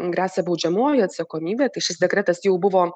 gresia baudžiamoji atsakomybė tai šis dekretas jau buvo